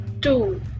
two